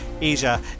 Asia